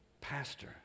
Pastor